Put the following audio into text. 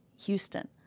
Houston